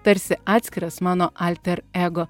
tarsi atskiras mano alter ego